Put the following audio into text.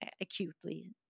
acutely